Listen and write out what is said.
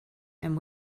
and